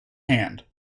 hand